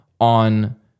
on